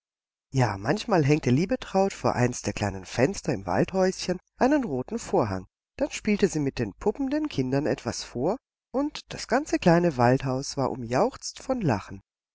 ja manchmal hängte liebetraut vor eins der kleinen fenster im waldhäuschen einen roten vorhang dann spielte sie mit den puppen den kindern etwas vor und das ganze kleine waldhaus war umjauchzt von lachen